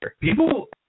People